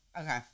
Okay